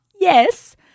Yes